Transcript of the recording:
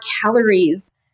calories